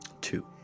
two